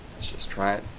let's just try it.